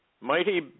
Mighty